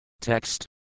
Text